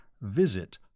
visit